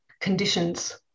conditions